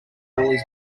his